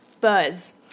Buzz